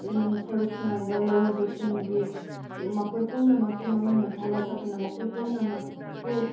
ꯁꯔꯨꯛ ꯊꯨꯡꯍꯟꯕ ꯂꯧꯎꯕꯁꯤꯡꯒꯤ ꯃꯈꯣꯏ ꯄꯨꯝꯅꯃꯛꯀꯤ ꯃꯃꯤꯡ ꯃꯊꯥ ꯂꯧꯈꯠꯇꯨꯅ ꯃꯈꯣꯏ ꯄꯨꯝꯅꯃꯛꯄꯨ